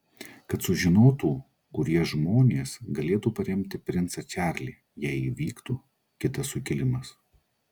kad sužinotų kurie žmonės galėtų paremti princą čarlį jei įvyktų kitas sukilimas